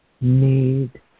need